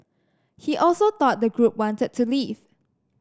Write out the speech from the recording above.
he also thought the group wanted to leave